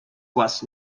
was